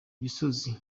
gisozi